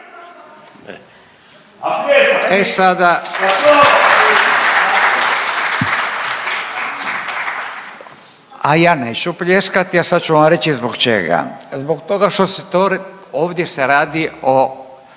A ja neću pljeskati, a sad ću vam reći zbog čega. Zbog toga što, ovdje se radi o